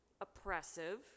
oppressive